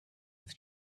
with